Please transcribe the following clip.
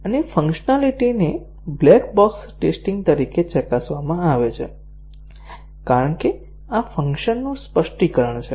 અને ફંક્શનાલીટી ને black box testing તરીકે ચકાસવામાં આવે છે કારણ કે આ ફંક્શન નું સ્પષ્ટીકરણ છે